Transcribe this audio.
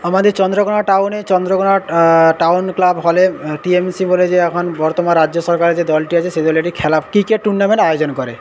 আমাদের চন্দ্রোকোনা টাউনে Chandrakona town club TMC বলে যে এখন বর্তমান রাজ্য সরকারের যে দলটি আছে সেই দলেরই খেলা ক্রিকেট টুর্নামেন্ট আয়োজন করে